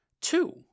Two